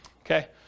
Okay